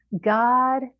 God